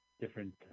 Different